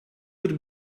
would